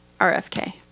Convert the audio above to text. RFK